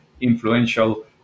influential